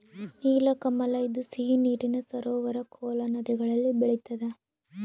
ನೀಲಕಮಲ ಇದು ಸಿಹಿ ನೀರಿನ ಸರೋವರ ಕೋಲಾ ನದಿಗಳಲ್ಲಿ ಬೆಳಿತಾದ